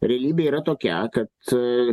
realybė yra tokia kad